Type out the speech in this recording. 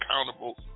accountable